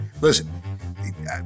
Listen